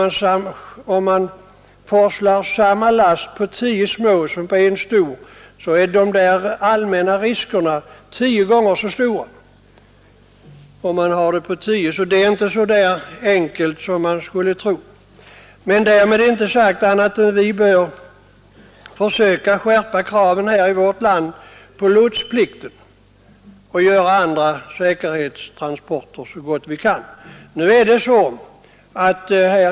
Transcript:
Men om man forslar samma last på tio små som på en stor tanker, är de allmänna riskerna tio gånger så stora. Det är alltså inte så enkelt som man skulle tro. Men därmed är inte sagt att vi inte bör försöka skärpa kraven i vårt land på lotsplikten och göra alla säkerhetstransporter så ofarliga som möjligt.